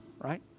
right